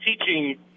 teaching